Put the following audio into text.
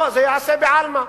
זה ייעשה בעלמא.